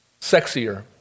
sexier